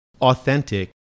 authentic